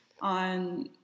on